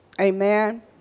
Amen